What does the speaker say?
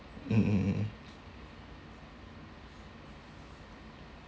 mm mm mm mm